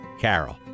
Carol